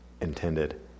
intended